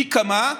פי כמה,